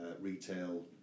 retail